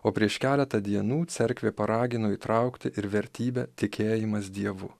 o prieš keletą dienų cerkvė paragino įtraukti ir vertybę tikėjimas dievu